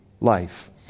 life